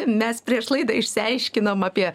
mes prieš laidą išsiaiškinom apie